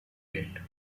date